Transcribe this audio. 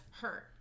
hurt